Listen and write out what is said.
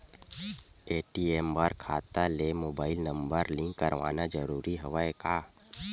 ATM बर खाता ले मुबाइल नम्बर लिंक करवाना ज़रूरी हवय का?